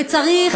וצריך ללמוד,